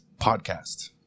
podcast